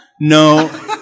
no